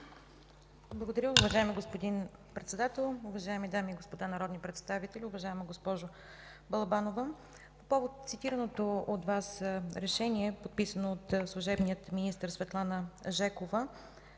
Благодаря. Уважаеми господин Председател, уважаеми дами и господа народни представители! Уважаема госпожо Балабанова, по повод цитираното от Вас решение, подписано от служебния министър Светлана Жекова,